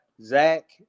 Zach